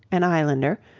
an islander,